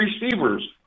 receivers